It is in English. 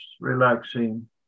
relaxing